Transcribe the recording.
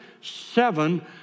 seven